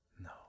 No